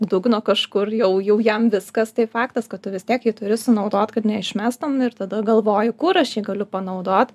dugno kažkur jau jau jam viskas tai faktas kad tu vis tiek jį turi sunaudot kad neišmestum ir tada galvoji kur aš jį galiu panaudot